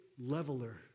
leveler